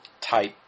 type